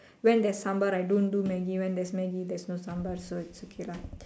when there's sambar I don't do Maggi when there's Maggi I don't do sambar so it's okay lah